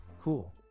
cool